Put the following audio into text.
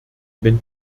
wenn